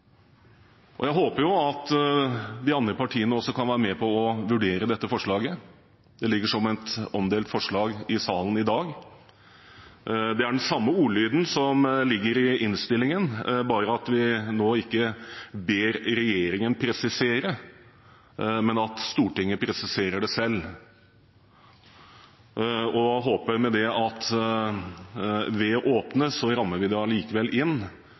Jeg håper de andre partiene også kan være med på å vurdere dette forslaget. Det ligger som et omdelt forslag i salen i dag. Det er den samme ordlyden som ligger i innstillingen, bare at vi nå ikke ber regjeringen presisere, men at Stortinget presiserer det selv, og jeg håper med det at ved å åpne, rammer vi det allikevel inn,